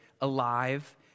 alive